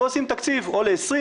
ועושים תקציב או ל-20,